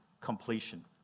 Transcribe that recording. completion